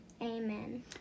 Amen